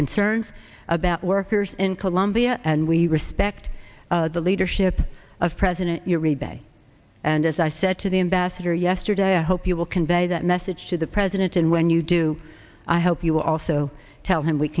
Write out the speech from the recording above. concerns about workers in colombia and we respect the leadership of president uribe and as i said to the ambassador yesterday i hope you will convey that message to the president and when you do i hope you will also tell him we